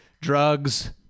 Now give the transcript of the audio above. drugs